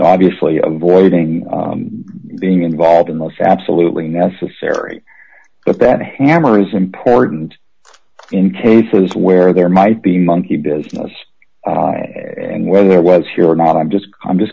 obviously avoiding being involved in most absolutely necessary but that hammer is important in cases where there might be monkey business and whether there was here or not i'm just i'm just